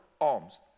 Alms